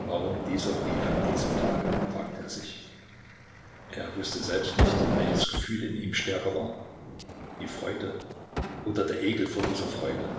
warum dieser brief an diesem tage fragte er sich er wußte selbst nicht welches gefühl in ihm stärker war die freude oder der ekel vor dieser freude